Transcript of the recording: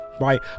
Right